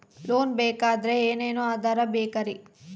Loan ಬೇಕಾದ್ರೆ ಏನೇನು ಆಧಾರ ಬೇಕರಿ?